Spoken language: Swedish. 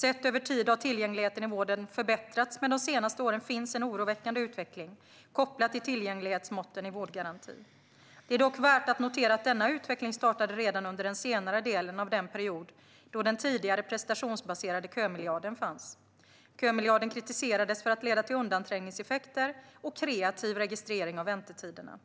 Sett över tid har tillgängligheten i vården förbättrats, men de senaste åren finns en oroväckande utveckling kopplat till tillgänglighetsmåtten i vårdgarantin. Det är dock värt att notera att denna utveckling startade redan under den senare delen av den period då den tidigare prestationsbaserade kömiljarden fanns. Kömiljarden kritiserades för att leda till undanträngningseffekter och kreativ registrering av väntetiderna.